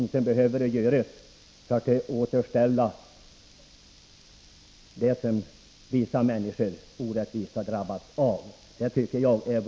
Något behöver verkligen göras för att rätta till det som vissa människor orättvist har drabbats av.